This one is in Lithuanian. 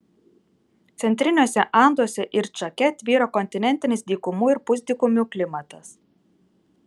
centriniuose anduose ir čake tvyro kontinentinis dykumų ir pusdykumių klimatas